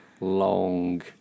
long